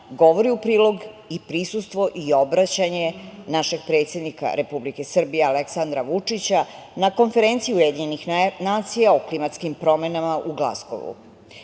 govori u prilog i prisustvo i obraćanje našeg predsednika Republike Srbije Aleksandra Vučića na konferenciji UN o klimatskim promenama u Glazgovu.